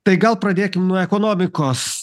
tai gal pradėkim nuo ekonomikos